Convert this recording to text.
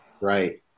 right